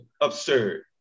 absurd